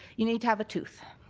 you need to have a tooth.